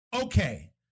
Okay